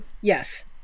Yes